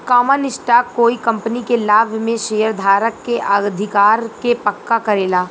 common stock कोइ company के लाभ में शेयरधारक के अधिकार के पक्का करेला